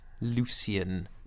Lucian